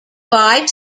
five